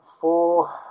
four